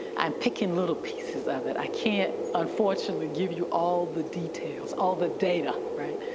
i'm picking little pieces of it. i can't unfortunately give you all the details, all the data, right,